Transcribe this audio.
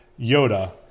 Yoda